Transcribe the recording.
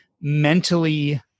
mentally